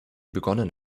begonnen